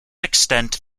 extent